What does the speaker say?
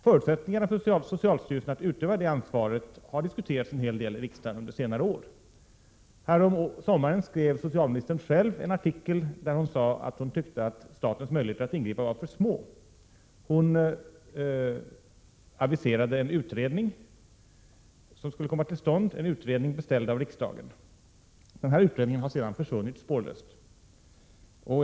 Förutsättningarna för socialstyrelsen att utöva det ansvaret har diskuterats en hel del i riksdagen under senare år. Häromsommaren skrev socialministern själv i en artikel att hon tyckte att statens möjligheter att ingripa var för små. Hon aviserade en utredning, en utredning som var beställd av riksdagen. Denna utredning har sedan spårlöst försvunnit.